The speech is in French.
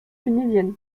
tunisienne